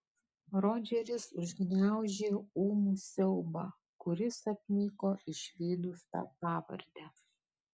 rodžeris užgniaužė ūmų siaubą kuris apniko išvydus tą pavardę